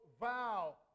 vow